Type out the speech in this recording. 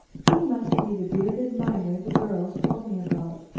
he must be the bearded miner the girls told me about.